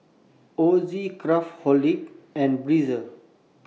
Ozi Craftholic and Breezer